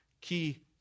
Key